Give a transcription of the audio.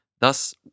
Thus